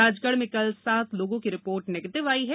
राजगढ़ में कल सात लोगों की रिपोर्ट निगेटिव आई है